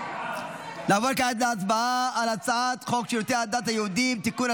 נעבור כעת להצבעה על הצעת חוק שירותי הדת היהודיים (תיקון,